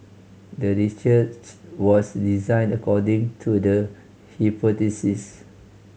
the was designed according to the